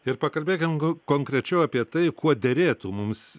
ir pakalbėkime konkrečiau apie tai kuo derėtų mums